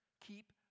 keep